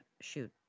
shoot